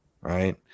right